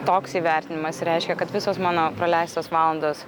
toks įvertinimas reiškia kad visos mano praleistos valandos